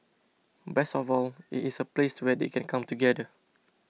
best of all it is a place where they can come together